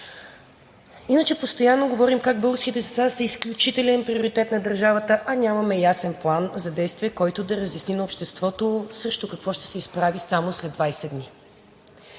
Постоянно говорим как българските деца са изключителен приоритет на държавата, а нямаме ясен план за действие, който да разясни на обществото срещу какво ще се изправи само след 20 дни.